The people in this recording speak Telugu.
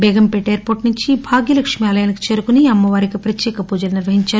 చేగంపేట ఎయిర్పోర్టు నుంచి భాగ్యలక్ష్మి ఆలయానికి చేరుకుని అమంవారికి ప్రత్యేక పూజలు నిర్వహించారు